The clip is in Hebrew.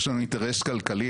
יש לנו אינטרס כלכלי,